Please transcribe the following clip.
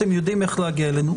אתם יודעים איך להגיע אלינו.